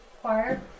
choir